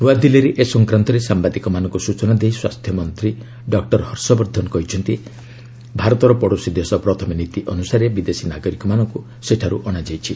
ନ୍ନଆଦିଲ୍ଲୀରେ ଏ ସଂକ୍ରାନ୍ତରେ ସାୟାଦିକମାନଙ୍କୁ ସ୍ବଚନା ଦେଇ ସ୍ୱାସ୍ଥ୍ୟ ମନ୍ତ୍ରୀ ଡକ୍ଟରୀ ହର୍ଷବର୍ଦ୍ଧନ କହିଛନ୍ତି ଭାରତର ପଡ଼ୋଶୀ ଦେଶ ପ୍ରଥମେ ନୀତି ଅନୁସାରେ ବିଦେଶୀ ନାଗରିକମାନଙ୍କୁ ସେଠାରୁ ଅଣାଯାଇଛି